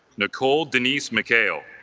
nicole denise mchale